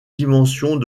dimensions